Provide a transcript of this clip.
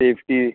safety